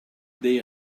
they